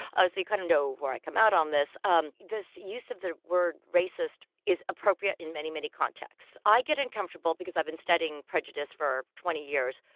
obviously, you kind of know where i come out on this. um this use of the word racist is appropriate in many, many contexts. i get uncomfortable because i've been studying prejudice for twenty years,